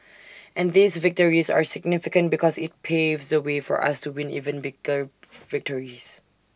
and these victories are significant because IT paves the way for us to win even bigger victories